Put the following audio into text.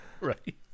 Right